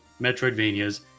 Metroidvanias